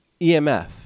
EMF